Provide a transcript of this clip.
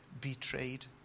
betrayed